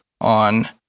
on